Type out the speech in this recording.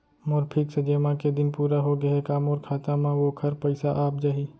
मोर fix जेमा के दिन पूरा होगे हे का मोर खाता म वोखर पइसा आप जाही?